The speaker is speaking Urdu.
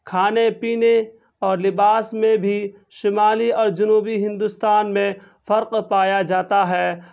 کھانے پینے اور لباس میں بھی شمالی اور جنوبی ہندوستان میں فرق پایا جاتا ہے